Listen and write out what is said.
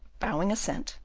bowing assent,